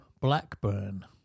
Blackburn